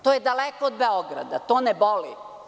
To je daleko od Beograda, to ne boli.